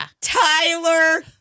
Tyler